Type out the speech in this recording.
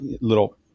little